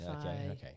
Okay